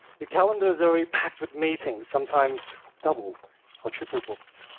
your calendar is already packed with meetings, sometimes double or triple-booked.